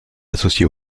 associé